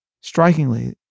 Strikingly